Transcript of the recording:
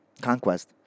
conquest